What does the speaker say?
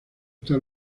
está